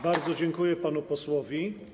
Bardzo dziękuję panu posłowi.